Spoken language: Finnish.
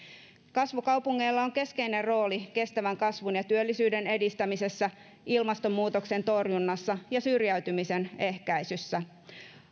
kasvukaupungeilla on keskeinen rooli kestävän kasvun ja työllisyyden edistämisessä ilmastonmuutoksen torjunnassa ja syrjäytymisen ehkäisyssä